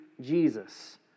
Jesus